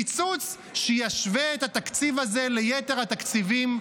קיצוץ שישווה את התקציב הזה ליתר התקציבים,